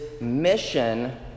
mission